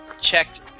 checked